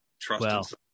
Trust